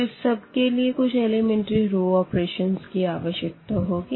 तो इस सब के लिए कुछ एलिमेंट्री रो ऑपरेशन्स की आवश्यकता होगी